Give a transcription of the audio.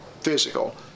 physical